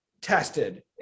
tested